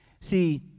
See